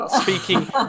Speaking